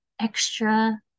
extra